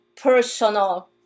personal